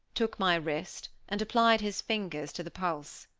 took my wrist, and applied his fingers to the pulse.